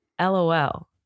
LOL